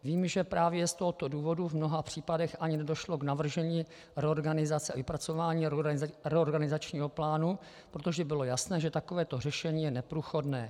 Vím, že právě z tohoto důvodu v mnoha případech ani nedošlo k navržení reorganizace, vypracování reorganizačního plánu, protože bylo jasné, že takovéto řešení je neprůchodné.